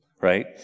right